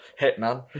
hitman